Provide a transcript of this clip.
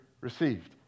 received